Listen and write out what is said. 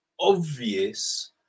obvious